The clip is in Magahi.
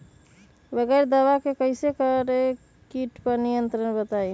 बगैर दवा के कैसे करें कीट पर नियंत्रण बताइए?